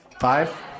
Five